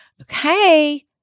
Okay